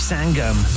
Sangam